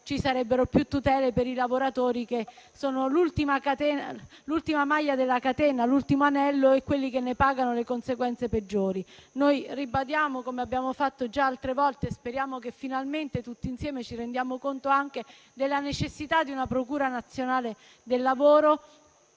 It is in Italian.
ci sarebbero più tutele per i lavoratori che sono l'ultima maglia della catena, l'ultimo anello e quelli che ne pagano le conseguenze peggiori. Noi ribadiamo, come abbiamo fatto già altre volte, la speranza che finalmente tutti insieme ci si renda conto della necessità di una procura nazionale del lavoro